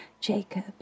Jacob